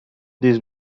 this